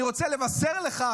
אני רוצה לבשר לך,